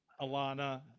Alana